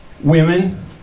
Women